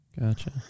Gotcha